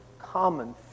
common